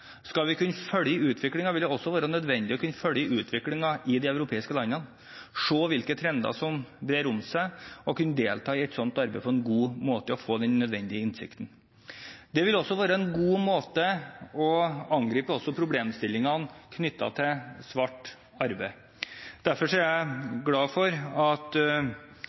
Skal vi kunne følge utviklingen, vil det også være nødvendig å kunne følge utviklingen i de europeiske landene, se hvilke trender som brer om seg, kunne delta i et slikt arbeid på en god måte og få den nødvendige innsikten. Det vil også være en god måte å angripe problemstillingene knyttet til svart arbeid på. Derfor er jeg glad for at det både i komiteen og i Stortinget er bred enighet om at